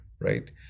right